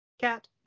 Cat